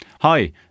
Hi